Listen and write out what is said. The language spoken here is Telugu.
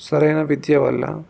సరైన విద్య వల్ల